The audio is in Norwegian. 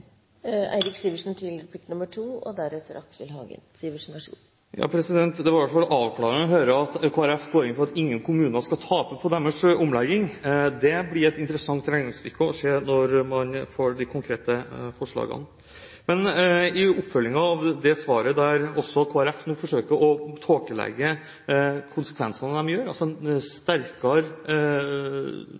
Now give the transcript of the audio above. Det var i hvert fall avklarende å høre at Kristelig Folkeparti går inn for at ingen kommuner skal tape på deres omlegging. Det blir et interessant regnestykke å se – når man får de konkrete forslagene. I oppfølgingen til svaret der Kristelig Folkeparti forsøkte å tåkelegge konsekvensene av det de gjør – en sterkere